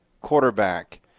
quarterback –